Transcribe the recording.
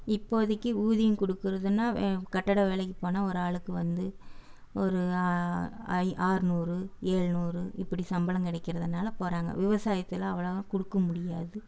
இப்போதைக்கு ஊதியம் கொடுக்கறதுனா கட்டட வேலைக்கு போனால் ஒரு ஆளுக்கு வந்து ஒரு ஆ அறநூறு எழ்நூறு இப்படி சம்பளம் கிடைக்கிறதுனால போகிறாங்க விவசாயத்தில் அவ்வளவாக கொடுக்க முடியாது